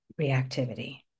reactivity